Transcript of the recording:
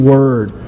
Word